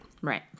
right